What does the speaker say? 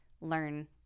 learn